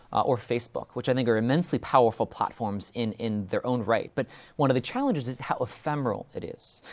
or facebook, which i think are immensely powerful platforms in, in their own right. but one of the challenges is how ephemeral it is.